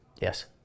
Yes